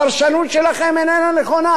הפרשנות שלכם איננה נכונה.